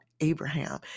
Abraham